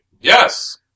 Yes